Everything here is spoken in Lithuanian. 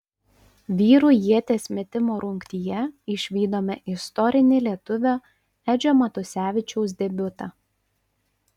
vyrų ieties metimo rungtyje išvydome istorinį lietuvio edžio matusevičiaus debiutą